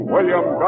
William